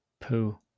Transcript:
poo